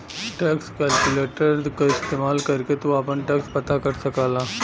tax calculator क इस्तेमाल करके तू आपन टैक्स पता कर सकला